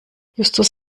justus